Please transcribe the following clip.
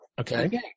Okay